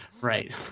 Right